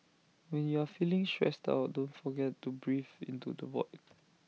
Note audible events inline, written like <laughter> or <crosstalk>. when you are feeling stressed out don't forget to breathe into the void <noise>